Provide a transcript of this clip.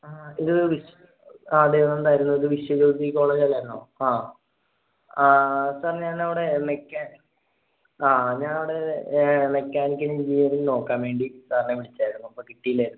ആ ഇത് ആ ദേവനന്ദായിരുന്നു ഇത് വിശ്വജ്യോതി കോളേജ് അല്ലായിരുന്നോ ആ സാർ ഞാനവിടെ മെക്കാ ആ ഞാനവിടെ മെക്കാനിക്കൽ എൻജിനീയറിങ് നോക്കാൻ വേണ്ടി സാറിനെ വിളിച്ചതായിരുന്നു അപ്പം കിട്ടിയില്ലായിരുന്നു